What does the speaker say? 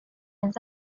els